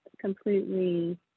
completely